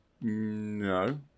No